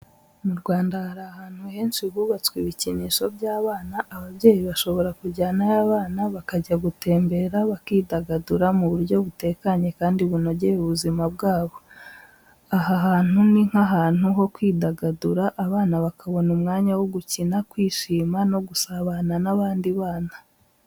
Mu Rwanda hari ahantu henshi hubatswe ibikinisho by’abana, ababyeyi bashobora kujyanayo abana bakajya gutembera bakidagadura mu buryo butekanye kandi bunogeye ubuzima bwabo. Aha hantu ni nk’ahantu ho kwidagadura, abana bakabona umwanya wo gukina, kwishima no gusabana n’abandi bana.